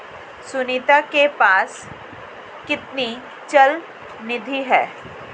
सुनीता के पास कितनी चल निधि है?